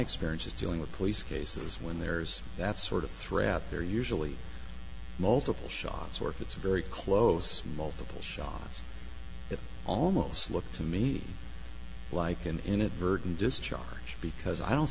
experience is dealing with police cases when there's that sort of threat out there usually multiple shots or if it's a very close multiple shots it almost looks to me like an inadvertent discharge because i don't